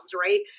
right